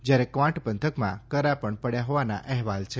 જ્યારે ક્વાંટ પંથકમાં કરા પડ્યા હોવાના અહેવાલ છે